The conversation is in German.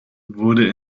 wurde